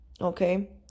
okay